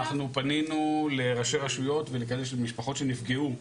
אנחנו פנינו לראשי רשויות ולמשפחות שנפגעו,